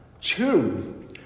Two